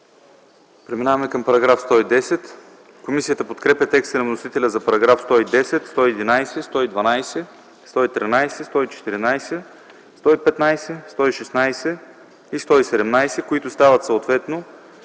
Преминаваме към § 110. Комисията подкрепя текста на вносителя за параграфи 110, 111, 112, 113, 114, 115, 116 и 117, които стават съответно